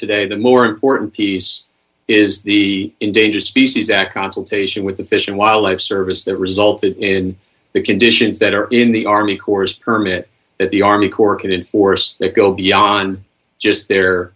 today the more important piece is the endangered species act consultation with the fish and wildlife service that resulted in the conditions that are in the army corps permit that the army corps put in force that go beyond just their